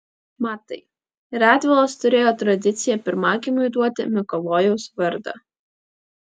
matai radvilos turėjo tradiciją pirmagimiui duoti mikalojaus vardą